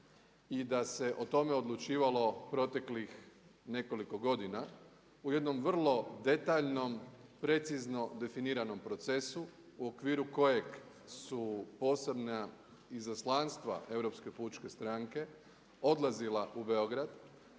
i da se o tome odlučivalo proteklih nekoliko godina u jednom vrlo detaljnom, precizno definiranom procesu u okviru kojeg su posebna izaslanstva Europske pučke stranke odlazila u Beograd,